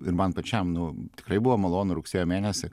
ir man pačiam nu tikrai buvo malonu rugsėjo mėnesį